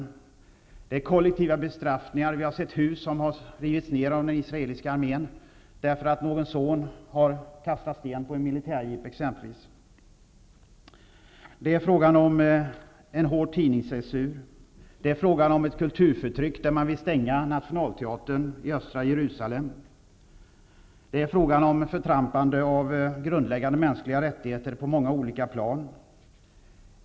Det förekommer kollektiva bestraffningar -- vi har sett hus som har rivits ner av den israeliska armén exempelvis därför att någon son i huset har kastat sten på en militärjeep. Det är fråga om en hård tidningscensur. Det är fråga om ett kulturförtryck som visar sig i att man vill stänga nationalteatern i östra Jerusalem. Det är fråga om ett förtrampande av grundläggande mänskliga rättigheter på många olika plan.